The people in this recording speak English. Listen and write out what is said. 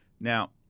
Now